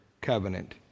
covenant